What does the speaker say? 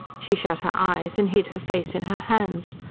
she shut her eyes, and hid her face in her hands.